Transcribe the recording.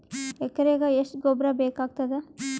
ಎಕರೆಗ ಎಷ್ಟು ಗೊಬ್ಬರ ಬೇಕಾಗತಾದ?